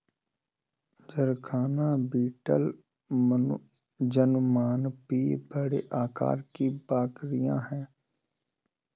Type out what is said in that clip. जरखाना बीटल जमुनापारी बड़े आकार की बकरियाँ हैं